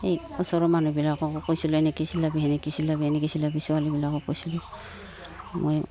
এই ওচৰৰ মানুহবিলাককো কৈছিলোঁ এনেকৈ চিলাবি সেনেকৈ চিলাবি এনেকৈ চিলাবি ছোৱালীবিলাকক কৈছিলোঁ মই